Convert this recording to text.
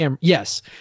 Yes